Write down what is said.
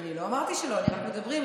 אני לא אמרתי שלא, רק מדברים.